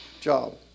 job